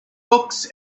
books